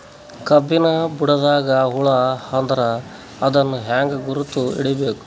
ಕಬ್ಬಿನ್ ಬುಡದಾಗ ಹುಳ ಆದರ ಅದನ್ ಹೆಂಗ್ ಗುರುತ ಹಿಡಿಬೇಕ?